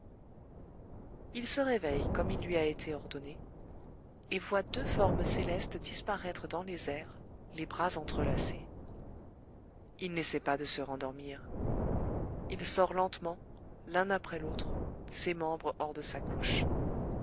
il se réveille comme il lui a été ordonné et voit deux formes célestes disparaître dans les airs les bras entrelacés il n'essaie pas de se rendormir il sort lentement l'un après l'autre ses membres hors de sa couche